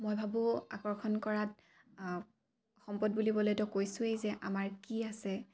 মই ভাবোঁ আকৰ্ষণ কৰাত সম্পদ বুলিবলৈতো কৈছোৱেই যে আমাৰ কি আছে